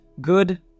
good